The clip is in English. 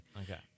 Okay